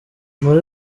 muri